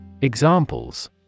Examples